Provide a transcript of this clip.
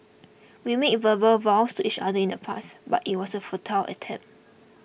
we made verbal vows to each other in the past but it was a futile attempt